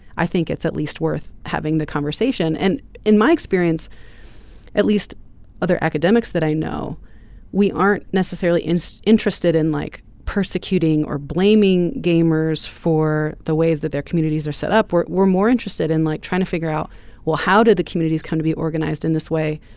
i think it's at least worth having the conversation and in my experience at least other academics that i know we aren't necessarily so interested in like persecuting or blaming game mirrors for the way that their communities are set up where we're more interested in like trying to figure out well how do the communities come to be organized in this way.